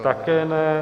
Také ne.